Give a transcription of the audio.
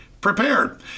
prepared